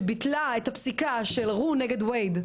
שביטלה את הפסיקה של רו נגד וייד,